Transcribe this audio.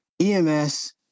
EMS